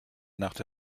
nacht